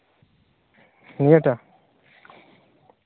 ᱱᱤᱭᱟᱴᱟᱜ